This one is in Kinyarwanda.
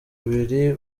abari